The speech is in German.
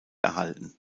erhalten